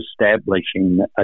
establishing